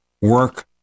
work